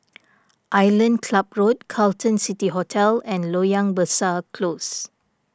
Island Club Road Carlton City Hotel and Loyang Besar Close